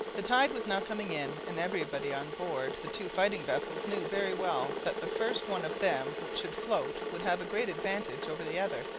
the tide was now coming in, and everybody on board the two fighting vessels knew very well that the first one of them which should float would have a great advantage over the other,